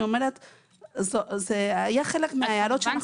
זה היה חלק מההערות שאנחנו קיבלנו.